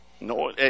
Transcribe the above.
no